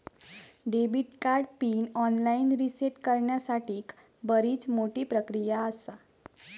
debit card pin online reset करण्यासाठीक बरीच मोठी प्रक्रिया आसा